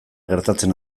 gertatzen